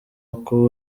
uko